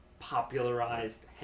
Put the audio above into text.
popularized